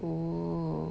oh